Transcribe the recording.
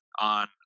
on